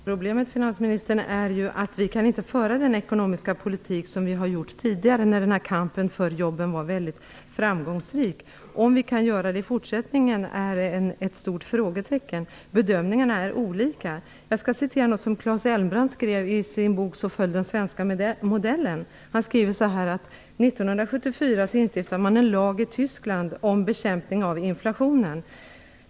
Herr talman! Problemet är ju det, finansministern, att vi inte kan föra den ekonomiska politik som vi tidigare fört när kampen för jobben var mycket framgångsrik. Huruvida vi kan göra det i fortsättningen får vi sätta ett stort frågetecken för. Bedömningarna är olika. Låt mig hänvisa till något som Claes Elmbrandt skrev i sin bok Så föll den svenska modellen. Han framhåller där: 1974 instiftades en lag i Tyskland om bekämpning av inflationen.